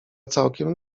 całkiem